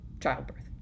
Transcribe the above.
childbirth